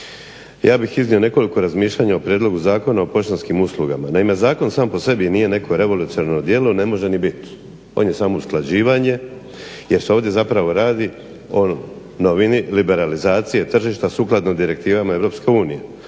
Ja bih iznio nekoliko razmišljanja o Prijedlogu zakona o poštanskim uslugama. Naime, zakon sam po sebi nije neko revolucionarno djelo, ne može ni bit. On je samo usklađivanje, jer se ovdje zapravo radi o novini liberalizacije tržišta sukladno direktivama EU,